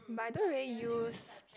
but I don't really use